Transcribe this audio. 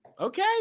Okay